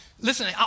Listen